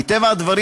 מטבע הדברים,